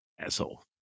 asshole